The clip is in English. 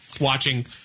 watching –